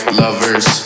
lovers